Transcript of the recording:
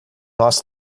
nós